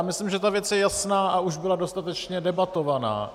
Myslím, že ta věc je jasná a už byla dostatečně debatovaná.